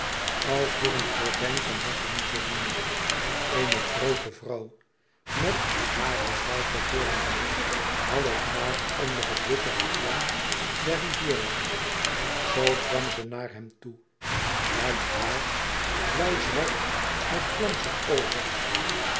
als door een gordijn van natte mousseline eene groote vrouw met hare rijke vormen half naakt onder e ids aargang het witte gevlam der rivière zoo kwam ze naar hem toe het haar blauw zwart met glans er over